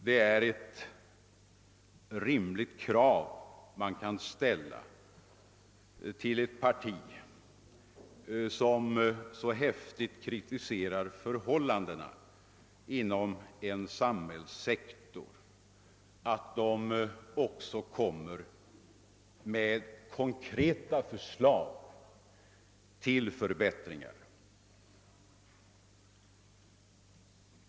Det är ett rimligt krav man kan ställa på ett parti, som så häftigt kritiserar förhållandena inom en samhällssektor, att det också framlägger konkreta förslag till förbättringar.